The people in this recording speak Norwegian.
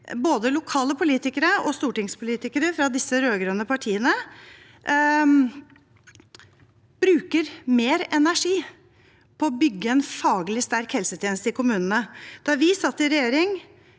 både lokale politikere og stortingspolitikere fra disse rød-grønne partiene bruker mer energi på å bygge en faglig sterk helsetjeneste i kommunene. Da vi satt i regjering,